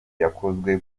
yakozwe